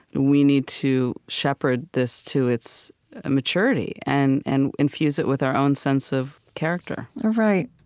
we need to shepherd this to its ah maturity, and and infuse it with our own sense of character right.